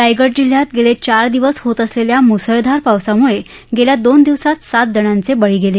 रायगड जिल्ह्यात गेले चार दिवस होत असलेल्या मुसळधार पावसामुळे गेल्या दोन दिवसात सात जणांचे बळी गेले